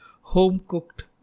Home-cooked